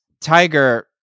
tiger